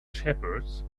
shepherds